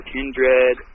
Kindred